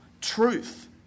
truth